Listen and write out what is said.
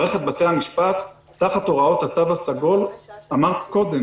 מערכת בתי המשפט תחת הוראות התו הסגול חוזרת